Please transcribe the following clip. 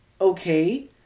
okay